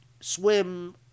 swim